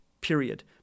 period